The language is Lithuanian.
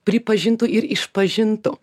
pripažintų ir išpažintų